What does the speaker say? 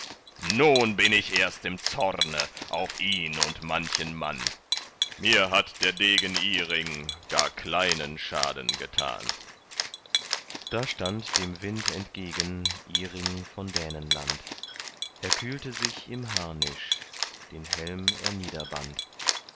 nun bin ich erst im zorne auf ihn und manchen mann mir hat der degen iring gar kleinen schaden getan da stand dem wind entgegen iring von dänenland er kühlte sich im harnisch den helm